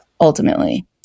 ultimately